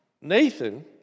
Nathan